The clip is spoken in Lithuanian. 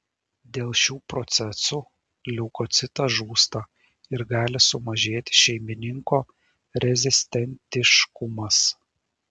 dėl šių procesų leukocitas žūsta ir gali sumažėti šeimininko rezistentiškumas